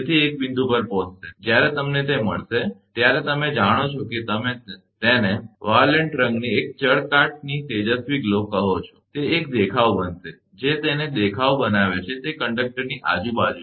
તેથી એક બિંદુ પહોંચશે જ્યારે તમને તે મળશે ત્યારે તમે જાણો છો કે તમે જેને વાયોલેટ રંગની એક ચળકાટની તેજસ્વી ગ્લો કહો છો તે એક દેખાવ બનાવશે જે તેને દેખાવ બનાવે છે તે કંડક્ટરની આજુબાજુ છે